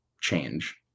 change